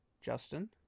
Justin